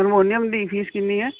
harmonium ਦੀ fees ਕਿੰਨੀ ਹੈ